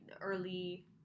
early